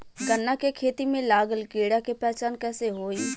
गन्ना के खेती में लागल कीड़ा के पहचान कैसे होयी?